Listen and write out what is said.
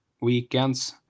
weekends